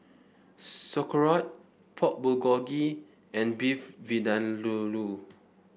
Sauerkraut Pork Bulgogi and Beef Vindaloo